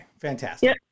fantastic